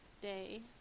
day